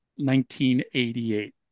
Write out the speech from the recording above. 1988